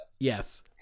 Yes